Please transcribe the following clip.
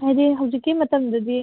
ꯍꯥꯏꯗꯤ ꯍꯧꯖꯤꯛꯀꯤ ꯃꯇꯝꯗꯗꯤ